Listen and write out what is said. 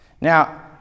now